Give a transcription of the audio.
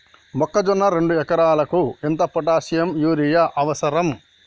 మొక్కజొన్న రెండు ఎకరాలకు ఎంత పొటాషియం యూరియా అవసరం?